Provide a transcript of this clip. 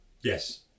Yes